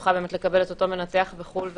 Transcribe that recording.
תוכל לקבל אותו מנתח בחו"ל וכדומה.